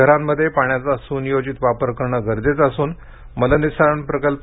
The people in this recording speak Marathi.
शहरांमध्ये पाण्याचा सुनियोजित वापर करणं गरजेचं असून मलनिःस्सारण प्रकल्प